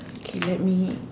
okay let me